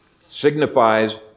signifies